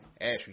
Ashley